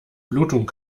blutung